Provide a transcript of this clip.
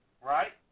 right